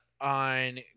on